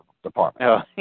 department